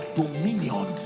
dominion